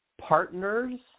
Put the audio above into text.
partners